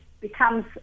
becomes